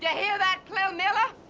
yeah hear that, clell miller?